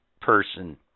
person